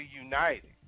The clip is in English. reunited